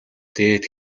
дээд